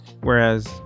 Whereas